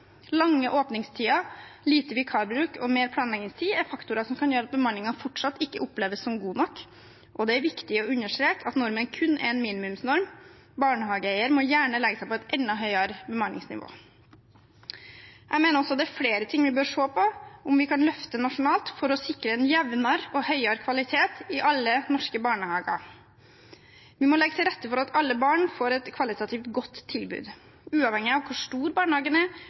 Lange åpningstider, lite vikarbruk og mer planleggingstid er faktorer som kan gjøre at bemanningen fortsatt ikke oppleves som god nok, og det er viktig å understreke at normen kun er en minimumsnorm – barnehageeier må gjerne legge seg på et enda høyere bemanningsnivå. Jeg mener det også er flere ting vi bør se på om vi kan løfte nasjonalt, for å sikre en jevnere og høyere kvalitet i alle norske barnehager. Vi må legge til rette for at alle barn får et kvalitativt godt tilbud, uavhengig av hvor stor barnehagen er,